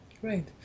Great